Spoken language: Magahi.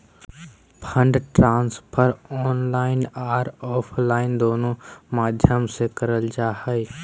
फंड ट्रांसफर ऑनलाइन आर ऑफलाइन दोनों माध्यम से करल जा हय